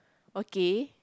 okay